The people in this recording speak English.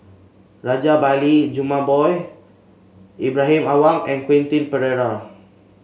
Rajabali Jumabhoy Ibrahim Awang and Quentin Pereira